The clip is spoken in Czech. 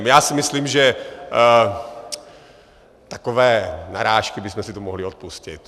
Já si myslím, že takové narážky bychom si tu mohli odpustit.